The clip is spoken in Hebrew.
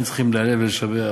הם צריכים להלל ולשבח,